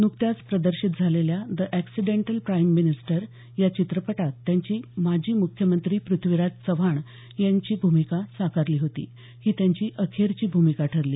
नुकत्याच प्रदर्शित झालेल्या द अँक्सिडेंटल प्राइम मिनिस्टर या चित्रपटात त्यांनी माजी मुख्यमंत्री प्रथ्वीराज चव्हाण यांची भूमिका साकारली होती ही त्यांची अखेरची भूमिका ठरली